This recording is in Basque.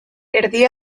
erdi